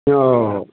हओ